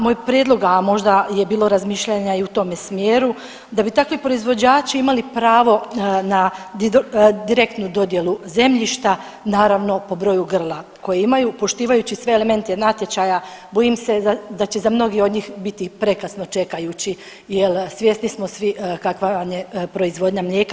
Moj prijedlog, a možda je bilo razmišljanja i u tome smjeru da bi takvi proizvođači imali pravo na direktnu dodjelu zemljišta naravno po broju grla koje imaju poštivajući sve elemente natječaja bojim se da će za mnoge od njih biti prekasno čekajući jel svjesni smo svi kakva nam je proizvodnja mlijeka.